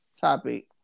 topic